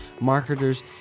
marketers